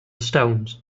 stones